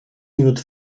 minut